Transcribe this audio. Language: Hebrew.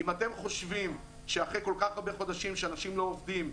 אם אתם חושבים שאחרי כל כך הרבה חודשים שבהם אנשים לא עובדים,